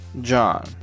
John